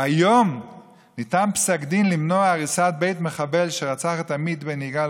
והיום ניתן פסק דין למנוע הריסת בית מחבל שרצח את עמית בן יגאל,